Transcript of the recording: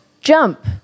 jump